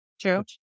True